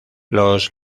los